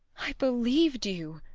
i believed you,